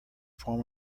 form